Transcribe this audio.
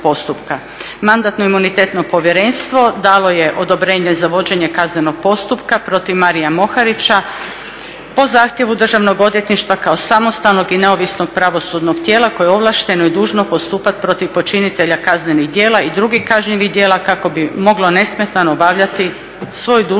Mandatno-imunitetno povjerenstvo dalo je odobrenje za vođenje kaznenog postupka protiv Maria Moharića po zahtjevu Državnog odvjetništva kao samostalnog i neovisnog pravosudnog tijela koje je ovlašteno i dužno postupati protiv počinitelja kaznenih djela i drugih kažnjivih djela kako bi moglo nesmetano obavljati svoju dužnost